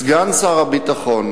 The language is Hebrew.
סגן שר הביטחון,